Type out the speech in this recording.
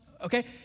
okay